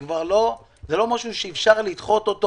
זה כבר לא משהו שאפשר לדחות אותו